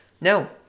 No